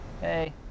Hey